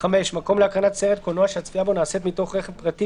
(5)מקום להקרנת סרט קולנוע שהצפייה בו נעשית מתוך רכב פרטי